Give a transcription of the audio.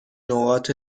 نقاط